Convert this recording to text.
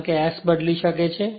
કારણ કે આ S બદલી શકે છે